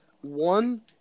One